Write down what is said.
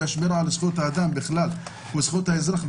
לזכויות האדם בכלל ולזכות האזרח,